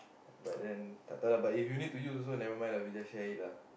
but then tak tau lah if you need to use also never mind we just share it lah